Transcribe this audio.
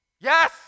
yes